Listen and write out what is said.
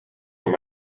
voor